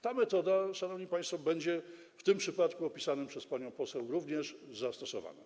Ta metoda, szanowni państwo, będzie w tym przypadku opisanym przez panią poseł również zastosowana.